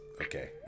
Okay